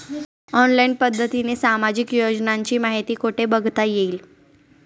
Online पद्धतीने सामाजिक योजनांची माहिती कुठे बघता येईल?